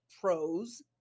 pros